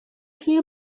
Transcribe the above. توی